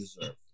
deserve